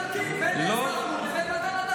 מחכים בין האזרחות לבין מתן הדרכון.